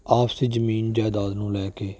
ਆਪਸੀ ਜ਼ਮੀਨ ਜਾਇਦਾਦ ਨੂੰ ਲੈ ਕੇ